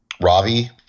Ravi